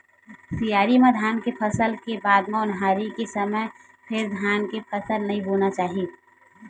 सियारी म धान के फसल ले के बाद म ओन्हारी के समे फेर धान के फसल नइ बोना चाही